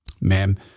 Ma'am